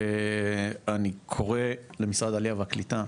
אני קורא למשרד העלייה והקליטה,